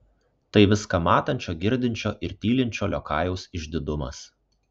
tai viską matančio girdinčio ir tylinčio liokajaus išdidumas